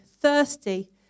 thirsty